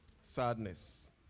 Sadness